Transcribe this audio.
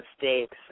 mistakes